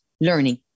learning